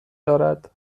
دارد